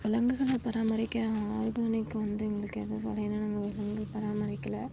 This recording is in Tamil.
விலங்குகளை பராமரிக்க ஆர்கானிக்கு வந்து எங்களுக்கு எதுவும் சொல்லிலாம் நாங்கள் விலங்கு பராமரிக்கலை